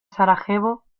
sarajevo